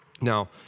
Now